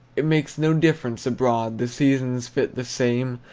it makes no difference abroad, the seasons fit the same,